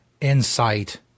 insight